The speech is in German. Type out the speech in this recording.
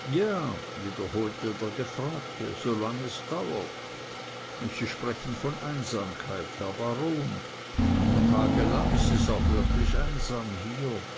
ja wiederholte der gefragte solang es dauert sie sprechen von einsamkeit herr baron und tagelang ist es auch wirklich einsam hier